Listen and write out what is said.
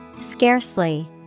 Scarcely